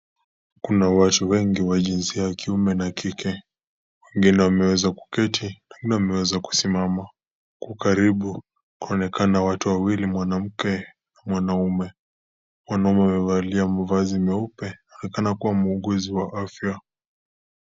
Kuna watu wengi wa jinsia ya kiume na kike. Wengine wameweza kuketi, wengine wameweza kusimama. Kwa ukaribu, kunaonekana watu wawili, mwanamke na mwanaume. Mwanaume amevalia mavazi meupe, anaoneka kuwa muuguzi wa afya.